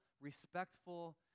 respectful